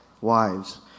Wives